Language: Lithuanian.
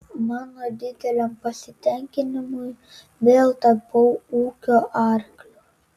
mano dideliam pasitenkinimui vėl tapau ūkio arkliu